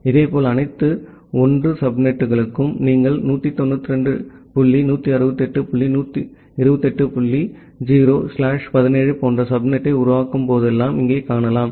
இதேபோல் அனைத்து 1 சப்நெட்டுகளுக்கும் நீங்கள் 192 டாட் 168 டாட் 128 டாட் 0 ஸ்லாஷ் 17 போன்ற சப்நெட்டை உருவாக்கும் போதெல்லாம் இங்கே காணலாம்